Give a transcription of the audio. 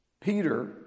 Peter